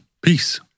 Peace